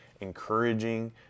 encouraging